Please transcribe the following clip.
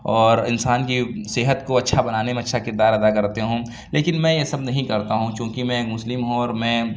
اور انسان کی صحت کو اچھا بنانے میں اچھا کردار ادا کرتے ہوں لیکن میں یہ سب نہیں کرتا ہوں چوں کہ میں ایک مسلم ہوں اور میں